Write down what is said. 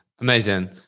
Amazing